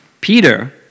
Peter